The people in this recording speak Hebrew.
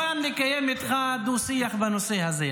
אני מוכן לקיים איתך דו-שיח בנושא הזה,